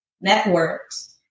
networks